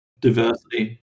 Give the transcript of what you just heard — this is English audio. Diversity